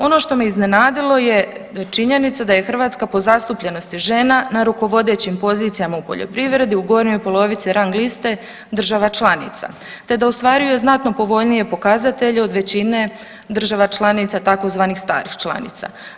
Ono što me iznenadilo je činjenica da je Hrvatska po zastupljenosti žena na rukovodećim pozicijama u poljoprivredi u gornjoj polovici rang liste država članica te da ostvaruje znatno povoljnije pokazatelje od većine država članica tzv. starih članica.